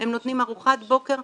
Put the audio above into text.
הם נותנים ארוחת בוקר,